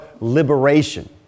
liberation